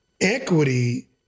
Equity